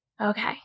Okay